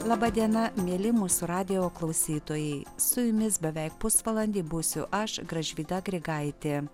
laba diena mieli mūsų radijo klausytojai su jumis beveik pusvalandį būsiu aš gražvyda grigaitė